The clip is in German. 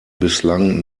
bislang